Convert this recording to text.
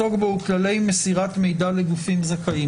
התקנות האלה עוסקות בהעברת מידע לגופים זכאים